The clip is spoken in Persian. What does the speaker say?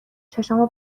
چشامو